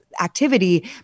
activity